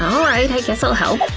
um alright, i guess i'll help,